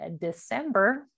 December